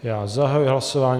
Já zahajuji hlasování.